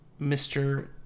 Mr